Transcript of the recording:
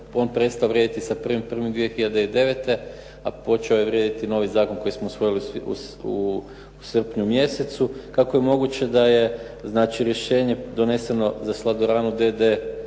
prestao vrijediti sa 1.1.2009., a počeo je vrijediti novi zakon koji smo usvojili u srpnju mjesecu. Kako je moguće znači da je rješenje doneseno za "Sladoranu